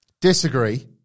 disagree